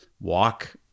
walk